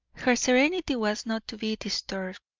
her serenity was not to be disturbed.